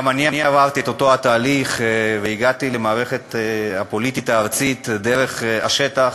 גם אני עברתי את אותו התהליך והגעתי למערכת הפוליטית הארצית דרך השטח,